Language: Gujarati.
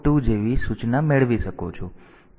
2 જેવી સૂચના મેળવી શકો છો